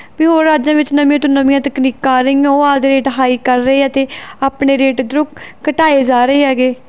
ਵੀ ਹੋਰ ਰਾਜਾਂ ਵਿੱਚ ਨਵੀਂਆਂ ਤੋਂ ਨਵੀਆਂ ਤਕਨੀਕਾਂ ਆ ਰਹੀਆਂ ਉਹ ਆਪ ਦੇ ਰੇਟ ਹਾਈ ਕਰ ਰਹੇ ਹੈ ਅਤੇ ਆਪਣੇ ਰੇਟ ਇੱਧਰੋਂ ਘਟਾਏ ਜਾ ਰਹੇ ਹੈਗੇ